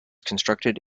constructed